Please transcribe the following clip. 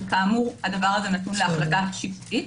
כאמור הדבר הזה נכון להחלטה שיפוטית.